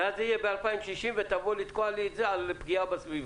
ואז זה יהיה ב-2060 ותבוא לתקוע לי את זה על פגיעה בסביבה.